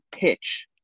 pitch